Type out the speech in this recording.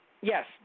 Yes